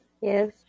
Yes